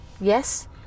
yes